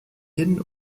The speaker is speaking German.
hin